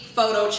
Photo